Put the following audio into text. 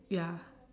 ya